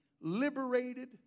liberated